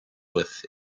with